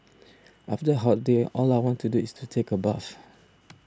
after a hot day all I want to do is to take a bath